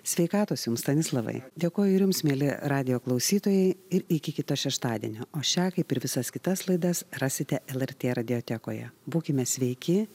sveikatos jums stanislavai dėkoju ir jums mieli radijo klausytojai ir iki kito šeštadienio o šią kaip ir visas kitas laidas rasite lrt radiotekoje būkime sveiki